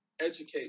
educate